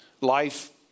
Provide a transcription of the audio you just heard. life